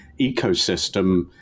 ecosystem